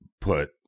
put